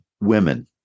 women